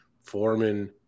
Foreman